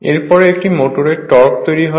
এর পরে একটি মোটরে টর্ক তৈরি হয়